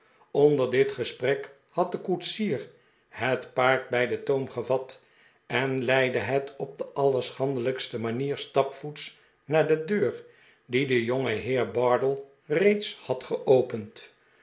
onder dit gesprek had de koetsier het paard bij den toom gevat en leidde het op de allerschandelijkste manier stapvoets naar de deur die de jongeheer bar dell reeds had geopend